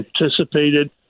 anticipated